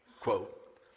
quote